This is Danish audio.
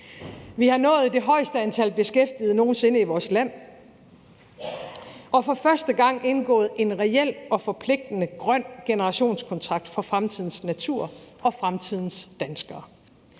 Vi har nået det højeste antal beskæftigede nogen sinde i vores land og for første gang indgået en reel og forpligtende grøn generationskontrakt for fremtidens natur og fremtidens danskere.